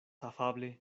afable